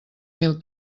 mil